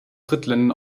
drittländern